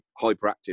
hyperactive